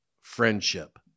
friendship